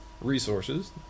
resources